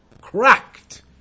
cracked